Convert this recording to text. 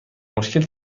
مشکل